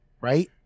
right